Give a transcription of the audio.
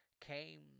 came